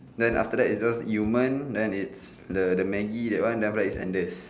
then after that is just yumen then it's the Maggi that one then after that is Andes